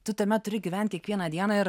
tu tame turi gyvent kiekvieną dieną ir